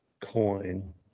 coin